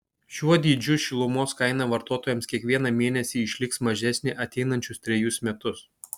šiuo dydžiu šilumos kaina vartotojams kiekvieną mėnesį išliks mažesnė ateinančius trejus metus